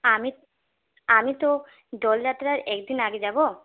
আমি আমি তো দোলযাত্রার একদিন আগে যাব